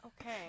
Okay